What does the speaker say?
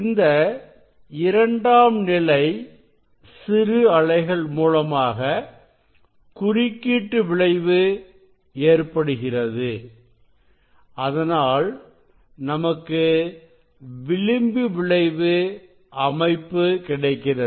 இந்த இரண்டாம் நிலை சிறு அலைகள் மூலமாக குறுக்கீட்டு விளைவு ஏற்படுகிறது அதனால் நமக்கு விளிம்பு விளைவு அமைப்பு கிடைக்கிறது